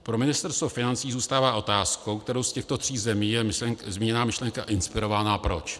Pro Ministerstvo financí zůstává otázkou, kterou z těchto tří zemí je zmíněná myšlenka inspirována a proč.